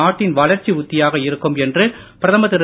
நாட்டின் வளர்ச்சி உத்தியாக இருக்கும் என்று பிரதமர் திரு